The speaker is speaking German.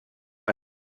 ein